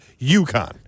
UConn